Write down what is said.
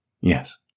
Yes